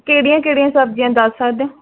ਕਿਹੜੀਆਂ ਕਿਹੜੀਆਂ ਸਬਜ਼ੀਆਂ ਦੱਸ ਸਕਦੇ ਹੋ